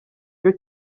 cyo